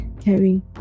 caring